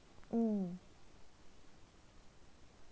mm